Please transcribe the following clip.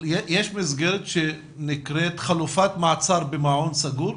אבל יש מסגרת שנקראת חלופת מעצר במעון סגור?